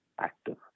active